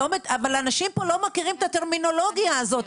אנשים פה לא מכירים את הטרמינולוגיה הזאת.